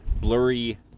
blurry